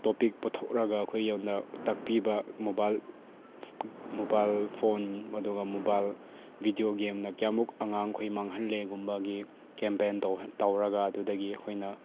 topic ꯄꯨꯊꯣꯛꯂꯒ ꯑꯩꯈꯣꯏꯉꯣꯟꯗ ꯇꯥꯛꯄꯤꯕ ꯃꯣꯕꯥꯏꯜ ꯃꯣꯕꯥꯏꯜ ꯐꯣꯟ ꯑꯗꯨꯒ ꯃꯣꯕꯥꯏꯜ ꯚꯤꯗꯤꯑꯣ ꯒꯦꯝꯅ ꯀꯌꯥꯃꯨꯛ ꯑꯉꯥꯡꯈꯣꯏ ꯃꯥꯡꯍꯜꯂꯦ ꯒꯨꯝꯕꯒꯤ ꯀꯦꯝꯄꯦꯟ ꯇꯧꯔꯒ ꯑꯗꯨꯗꯒꯤ ꯑꯩꯈꯣꯏꯅ